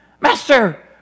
Master